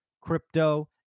crypto